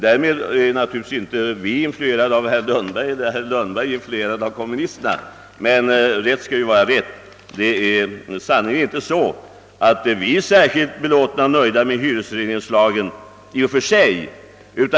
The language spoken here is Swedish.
Därmed vill jag naturligtvis inte säga alt vi är influerade av herr Lundberg eiler han av oss. Vi är sannerligen inte särskilt belåtna med hyresregleringslagen i och för sig.